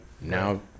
now